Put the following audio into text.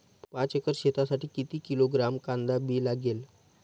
पाच एकर शेतासाठी किती किलोग्रॅम कांदा बी लागेल?